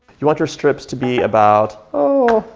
you want your strips to be about, oh,